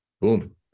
boom